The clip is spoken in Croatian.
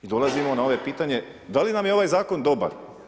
I dolazimo na ovo pitanje, da li nam je ovaj zakon dobar?